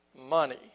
money